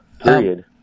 period